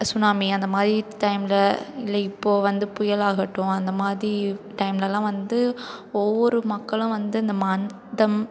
tsunami அந்த மாதிரி டைமில் இல்லை இப்போது வந்து புயல் ஆகட்டும் அந்த மாதிரி டைம்லெலாம் வந்து ஒவ்வொரு மக்களும் வந்து இந்த மதம்